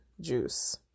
juice